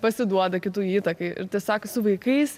pasiduoda kitų įtakai ir tiesiog su vaikais